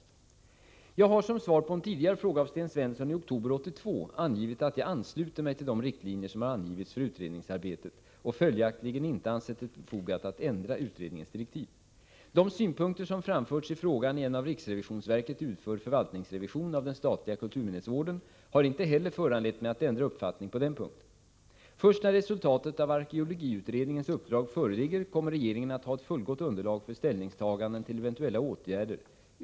Jag har som svar på en tidigare fråga av Sten Svensson i oktober 1982 meddelat att jag ansluter mig till de riktlinjer som har angivits för utredningsarbetet och följaktligen inte ansett det befogat att ändra utredningens direktiv. De synpunkter som framförts i frågan i en av riksrevisionsverket utförd förvaltningsrevision av den statliga kulturminnesvården har inte heller föranlett mig att ändra uppfattning på denna punkt. Först när resultatet av arkeologiutredningens uppdrag föreligger kommer regeringen att ha ett fullgott underlag för ställningstaganden till eventuella åtgärder.